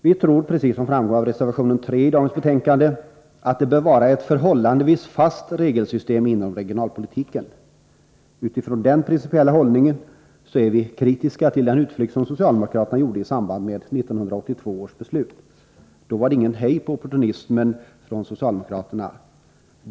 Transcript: Vi tror, precis som framgår av reservation 3 i dagens betänkande, att det bör vara ett förhållandevis fast regelsystem inom regionalpolitiken. Utifrån den principiella hållningen är vi kritiska till den utflykt som socialdemokraterna gjorde i samband med 1982 års beslut — då var det ingen hejd på opportunismen från socialdemokraterna.